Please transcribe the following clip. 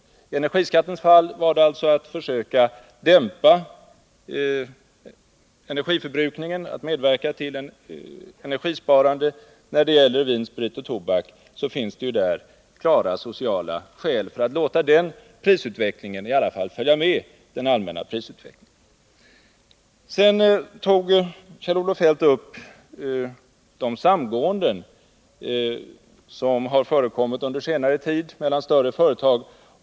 När det gäller energiskatten var det fråga om att försöka minska energiförbrukningen och medverka till ett energisparande. Beträffande vin, sprit och tobak finns det klara sociala skäl för att åtminstone låta priserna följa med i den allmänna prisutvecklingen. Sedan tog Kjell-Olof Feldt upp det samgående som under senare tid har förekommit mellan större företag.